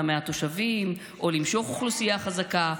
מהתושבים או למשוך אוכלוסייה חזקה,